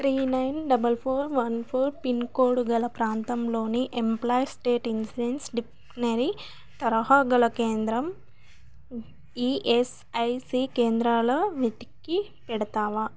three nine double four one four pin code గల ప్రాంతంలోని employees state insurance dispensary తరహా గల కేంద్రం ఈఎస్ఐసి కేంద్రాల వెతికి పెడతావా